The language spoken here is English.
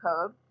code